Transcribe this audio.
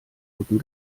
rücken